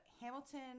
Hamilton